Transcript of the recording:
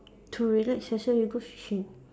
to relax yourself you go fishing